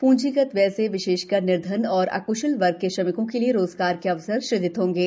पूंजीगत व्यय से विशेषकर निर्धन और अक्शल वर्ग के श्रमिकों के लिए रोजगार के अवसर सृजित होते हैं